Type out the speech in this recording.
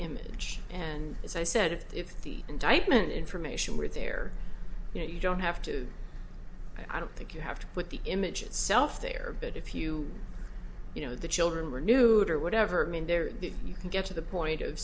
image and as i said if the indictment information were there you know you don't have to i don't think you have to put the image itself there but if you you know the children were nude or whatever i mean there if you can get to the point of